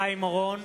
חיים אורון,